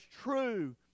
true